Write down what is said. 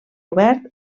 obert